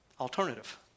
alternative